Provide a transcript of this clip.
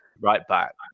right-back